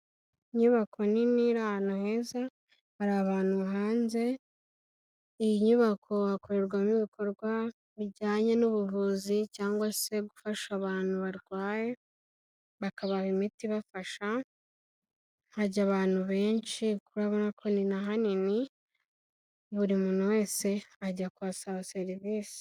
Inyubako nini iri ahantu heza, hari abantu hanze, iyi nyubako hakorerwamo ibikorwa bijyanye n'ubuvuzi cyangwa se gufasha abantu barwaye, bakabaha imiti ibafasha, hajya abantu benshi kuko urabona ko ni na hanini, buri muntu wese ajya kuhasaba serivisi.